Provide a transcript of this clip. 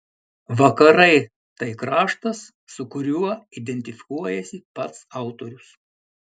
vakarai tai kraštas su kuriuo identifikuojasi pats autorius